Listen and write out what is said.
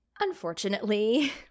Unfortunately